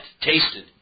tasted